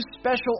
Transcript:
special